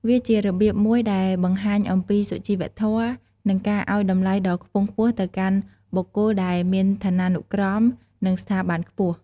វាជារបៀបមួយដែលបង្ហាញអំពីសុជីវធម៌ និងការអោយតម្លៃដ៏ខ្ពង់ខ្ពស់ទៅកាន់បុគ្គលដែលមានឋានានុក្រម និងស្ថាប័នខ្ពស់។